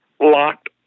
Locked